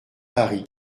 paris